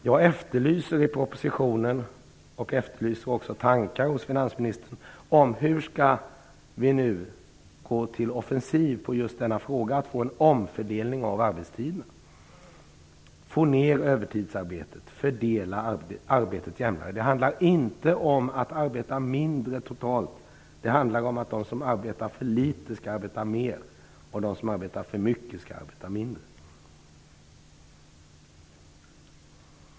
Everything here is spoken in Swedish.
Jag efterlyser skrivningar i propositionen och tankar hos finansministern om hur vi skall gå till offensiv i just denna fråga, dvs. att få en omfördelning av arbetstiderna, minska övertidsarbetet och fördela arbetet jämnare. Det handlar inte om att arbeta mindre totalt. Det handlar om att de som arbetar för litet skall arbeta mer och att de som arbetar för mycket skall arbeta mindre.